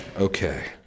Okay